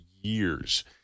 years